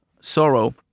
sorrow